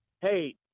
hey